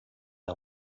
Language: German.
der